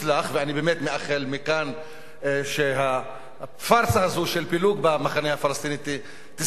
ואני באמת מאחל מכאן שהפארסה הזו של פילוג במחנה הפלסטיני תסתיים,